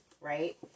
right